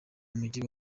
umugi